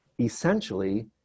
essentially